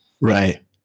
Right